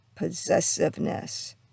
possessiveness